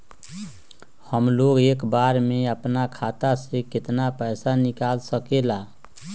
हमलोग एक बार में अपना खाता से केतना पैसा निकाल सकेला?